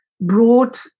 brought